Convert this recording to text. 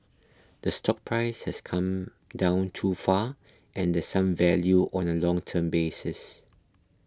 the stock price has come down too far and the some value on a long term basis